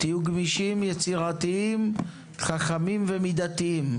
תהיו גמישים, יצירתיים, חכמים ומידתיים.